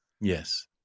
Yes